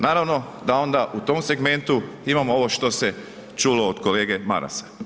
Naravno da onda u tom segmentu imamo ovo što se čulo od kolege Marasa.